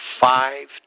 Five